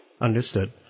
Understood